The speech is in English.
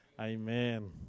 Amen